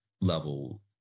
level